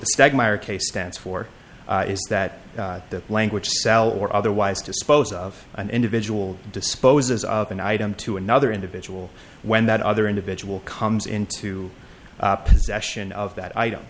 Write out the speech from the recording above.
case stands for is that the language cell or otherwise dispose of an individual disposes of an item to another individual when that other individual comes into possession of that item